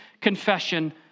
confession